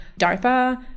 DARPA